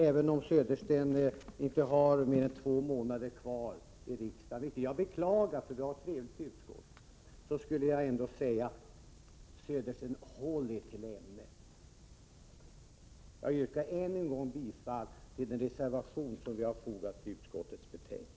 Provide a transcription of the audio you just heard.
Även om Södersten inte har mer än två månader kvar i riksdagen — vilket jag beklagar för vi har trevligt i utskottet — vill jag ändå säga: Håll er till ämnet! Jag yrkar än en gång bifall till den reservation som vi har fogat till utskottets betänkande.